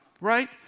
Right